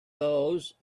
those